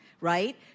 right